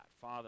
Father